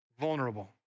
vulnerable